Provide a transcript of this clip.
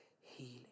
healing